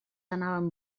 anaven